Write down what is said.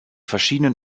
verschiedenen